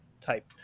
type